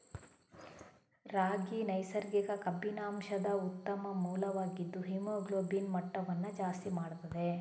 ರಾಗಿ ನೈಸರ್ಗಿಕ ಕಬ್ಬಿಣಾಂಶದ ಉತ್ತಮ ಮೂಲವಾಗಿದ್ದು ಹಿಮೋಗ್ಲೋಬಿನ್ ಮಟ್ಟವನ್ನ ಜಾಸ್ತಿ ಮಾಡ್ತದೆ